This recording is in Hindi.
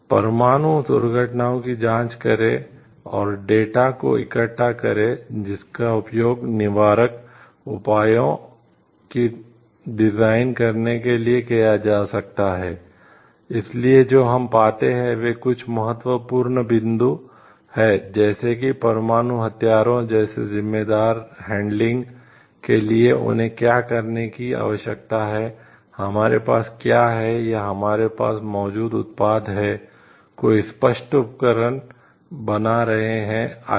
परमाणु दुर्घटनाओं की जांच करें और डेटा के लिए उन्हें क्या करने की आवश्यकता है हमारे पास क्या है या हमारे पास मौजूद उत्पाद हैं कोई स्पष्ट उपकरण बना रहे हैं आदि